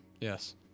Yes